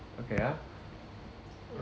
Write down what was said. okay ah